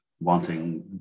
wanting